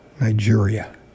Nigeria